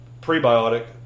prebiotic